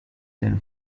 than